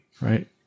Right